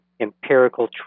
empirical